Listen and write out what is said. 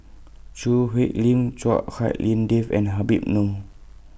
Choo Hwee Lim Chua Hak Lien Dave and Habib Noh